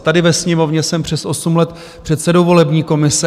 Tady ve Sněmovně jsem přes osm let předsedou volební komise.